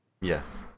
Yes